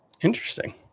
Interesting